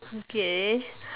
okay